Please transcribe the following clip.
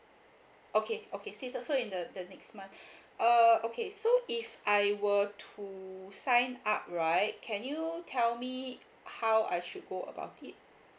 okay okay so it's also in the the next month uh okay so if I were to sign up right can you tell me how I should go about it